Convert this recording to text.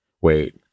wait